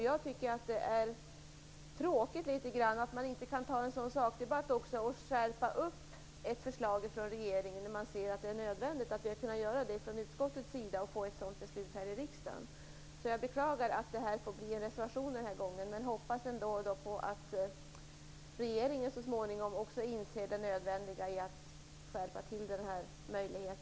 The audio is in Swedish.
Jag tycker att det är litet tråkigt att vi inte från utskottets sida kan ta denna sakdebatt för att skärpa ett sådant förslag från regeringen när vi nu ser att det är nödvändigt så att vi kunde få ett sådant beslut här i riksdagen. Jag beklagar att detta får bli en reservation den här gången, men jag hoppas att regeringen så småningom också inser det nödvändiga i att skärpa denna möjlighet.